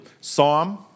Psalm